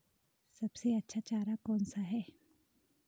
सबसे अच्छा चारा कौन सा है?